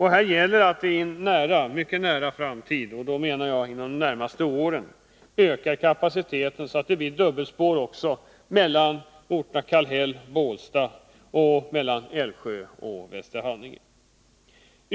Här gäller det att vi i en mycket nära framtid, och då menar jag inom de närmaste åren, höjer kapaciteten så att det blir dubbelspår också mellan Kallhäll och Bålsta och mellan Älvsjö och Västerhaninge.